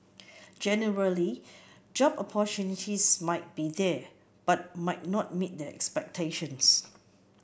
generally job opportunities might be there but might not meet their expectations